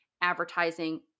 advertising